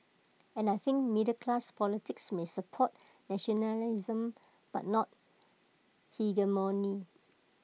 and I think middle class politics may support nationalism but not hegemony